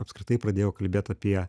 apskritai pradėjau kalbėt apie